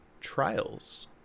trials